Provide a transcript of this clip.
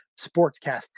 sportscast